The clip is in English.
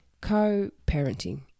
Co-parenting